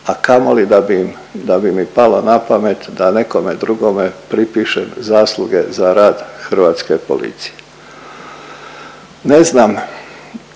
bi im, da bi mi palo napamet da nekome drugome pripišem zasluge za rad hrvatske policije. Ne znam